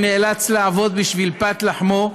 שנאלץ לעבוד בשביל פת לחמו,